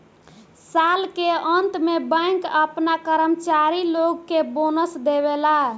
साल के अंत में बैंक आपना कर्मचारी लोग के बोनस देवेला